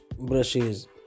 brushes